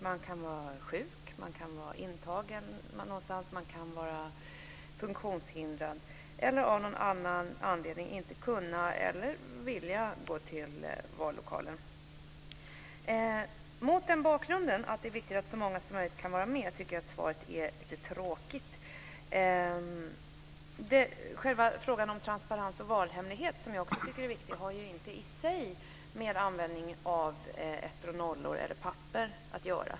Man kan vara sjuk, intagen någonstans, funktionshindrad eller av någon annan anledning inte ha möjlighet eller vilja att gå till vallokalen. Mot bakgrund av att det är viktigt att så många som möjligt kan vara med och rösta tycker jag att svaret är lite tråkigt. Jag tycker också att frågan om transparens och valhemlighet är viktig, men den har ju inte i sig med användningen av ettor, nollor eller papper att göra.